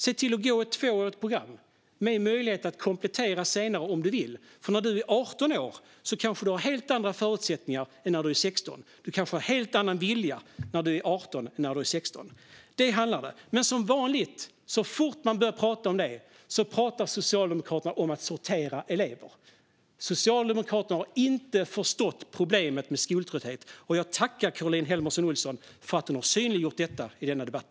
Se till att gå ett tvåårigt program med möjlighet att komplettera senare om du vill, för när du är 18 år kanske du har helt andra förutsättningar än när du är 16. Du kanske har en helt annan vilja när du är 18 än när du är 16." Det är vad det handlar om. Men, som vanligt, så fort man pratar om det pratar Socialdemokraterna om att sortera elever. Socialdemokraterna har inte förstått problemet med skoltrötthet, och jag tackar Caroline Helmersson Olsson för att hon synliggjort det i denna debatt.